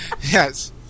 Yes